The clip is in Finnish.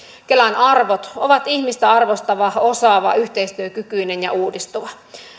kelan arvot ovat ihmistä arvostava osaava yhteistyökykyinen ja uudistuva